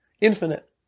infinite